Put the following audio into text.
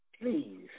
Please